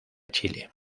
chile